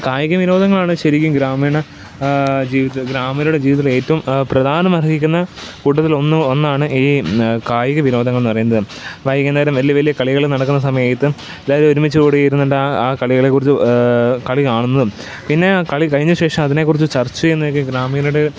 കായിക വിനോദങ്ങളാണ് ശരിക്കും ഗ്രാമീണ ജീവിതത്തിൽ ഗ്രാമീണരുടെ ജീവിതത്തിൽ ഏറ്റവും പ്രധാനം അർഹിക്കുന്ന കൂട്ടത്തിൽ ഒന്ന് ഒന്നാണ് ഈ കായിക വിനോദങ്ങളെന്ന് പറയുന്നത് വൈകുന്നേരം വലിയ വലിയ കളികൾ നടക്കുന്ന സമയത്തും എല്ലാവരും ഒരുമിച്ച് കൂടിയിരുന്നിട്ട് ആ കളികളെ കുറിച്ച് കളി കാണുന്നതും പിന്നെ കളി കഴിഞ്ഞ ശേഷം അതിനെ കുറിച്ച് ചർച്ച ചെയ്യുന്നതൊക്കെ ഗ്രാമീണരുടെ